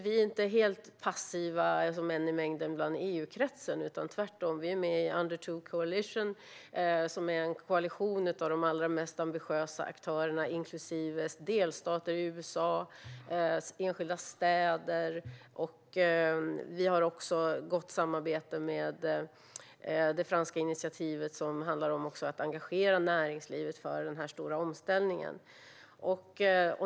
Vi är inte passiva som en i mängden inom EU-kretsen, utan tvärtom. Vi är med i Under 2 Coalition, som är en koalition av de allra ambitiösaste aktörerna, inklusive delstater i USA och enskilda städer. Vi har också gott samarbete med det franska initiativet, som handlar om att engagera näringslivet för den här stora omställningen.